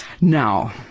Now